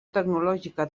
tecnològica